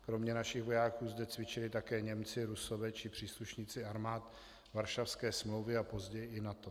Kromě našich vojáků zde cvičili také Němci, Rusové či příslušníci armád Varšavské smlouvy a později i NATO.